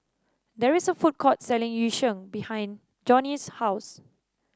there is a food court selling Yu Sheng behind Johney's house